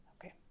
Okay